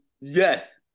Yes